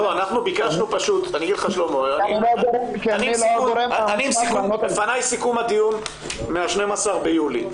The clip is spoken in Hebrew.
בפניי סיכום הדיון מה-12 ביולי.